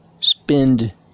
spend